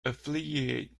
affiliate